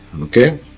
okay